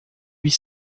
huit